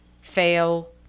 fail